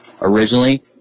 originally